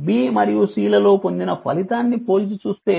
అంటే మరియు లలో పొందిన ఫలితాన్ని పోల్చి చూస్తే